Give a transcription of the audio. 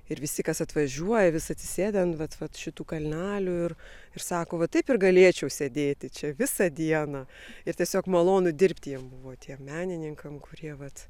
ir visi kas atvažiuoja vis atsisėda ant vat vat šitų kalnelių ir ir sako va taip ir galėčiau sėdėti čia visą dieną ir tiesiog malonu dirbti jiem buvo tiem menininkam kurie vat